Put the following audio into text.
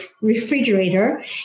refrigerator